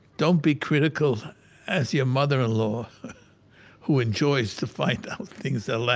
don't be critical as your mother-in-law who enjoys to find out things that like